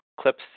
Clips